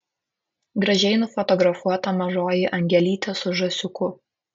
gražiai nufotografuota mažoji angelytė su žąsiuku